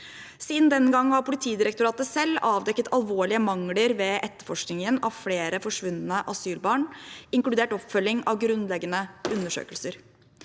Siden den gang har Politidirektoratet selv avdekket alvorlige mangler ved etterforskningen av flere forsvunne asylbarn, inkludert oppfølging av grunnleggende undersøkelser.